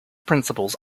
principles